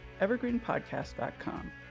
evergreenpodcast.com